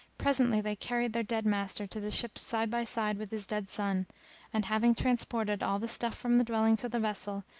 presently they carried their dead master to the ship side by side with his dead son and, having transported all the stuff from the dwelling to the vessel,